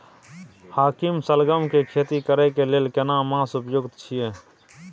हाकीम सलगम के खेती करय के लेल केना मास उपयुक्त छियै?